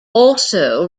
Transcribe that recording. also